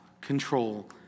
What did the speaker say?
control